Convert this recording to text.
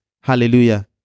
Hallelujah